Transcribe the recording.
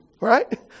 right